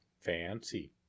fancy